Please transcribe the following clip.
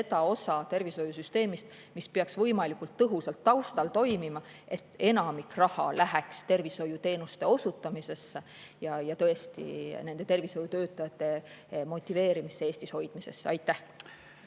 osa tervishoiusüsteemist, mis peaks võimalikult tõhusalt taustal toimima, et enamik raha läheks tervishoiuteenuste osutamisse ja tõesti nende tervishoiutöötajate motiveerimisse ja Eestis hoidmisesse. Aitäh!